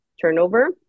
turnover